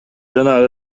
жана